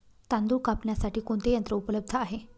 तांदूळ कापण्यासाठी कोणते यंत्र उपलब्ध आहे?